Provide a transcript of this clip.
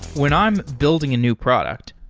when i'm building a new product,